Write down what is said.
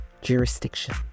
jurisdiction